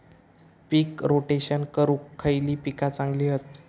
पीक rotation करूक खयली पीका चांगली हत?